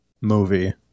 movie